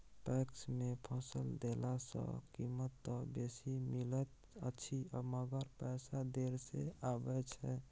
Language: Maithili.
पैक्स मे फसल देला सॅ कीमत त बेसी मिलैत अछि मगर पैसा देर से आबय छै